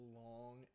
long